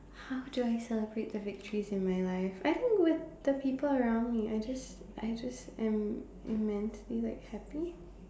how do I celebrate the victories in my life I think with the people around me I just I just am immensely like happy